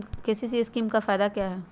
KCC scheme का फायदा क्या है?